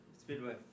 Speedway